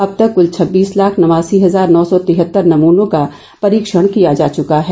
अब तक कुल छब्बीस लाख नवासी हजार नौ सौ तिहत्तर नमूनों का परीक्षण किया जा चुका है